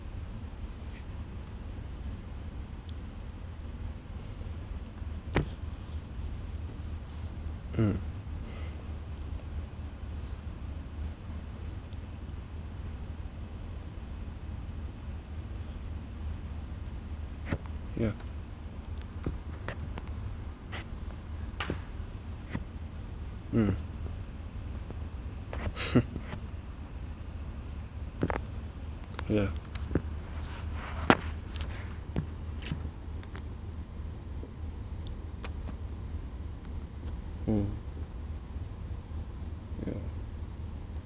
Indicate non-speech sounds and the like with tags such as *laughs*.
mm yeah mm *laughs* yeah mm yeah